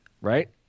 right